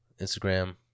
Instagram